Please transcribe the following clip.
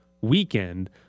weekend